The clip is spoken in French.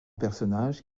personnages